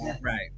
Right